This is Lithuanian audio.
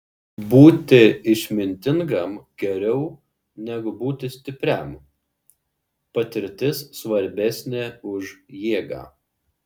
būti išmintingam geriau negu būti stipriam patirtis svarbesnė už jėgą